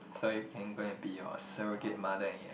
sorry can go and be your surrogate mother and get